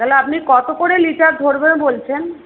তাহলে আপনি কত করে লিটার ধরবেন বলছেন